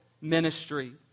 ministry